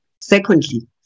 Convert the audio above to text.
Secondly